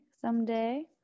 someday